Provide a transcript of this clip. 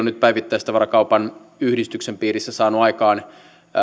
nyt päivittäistavarakauppa yhdistyksen piirissä saanut aikaan